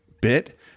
bit